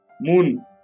Moon